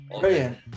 Brilliant